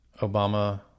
Obama